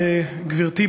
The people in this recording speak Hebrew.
גברתי,